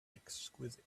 exquisite